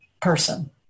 person